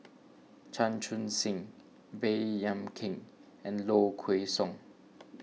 Chan Chun Sing Baey Yam Keng and Low Kway Song